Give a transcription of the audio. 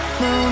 no